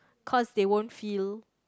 cause they won't feel